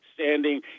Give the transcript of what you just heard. Standing